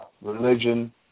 religion